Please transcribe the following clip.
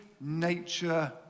nature